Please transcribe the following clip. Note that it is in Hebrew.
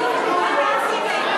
מה עשית?